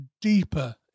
deeper